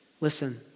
Listen